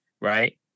right